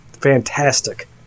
fantastic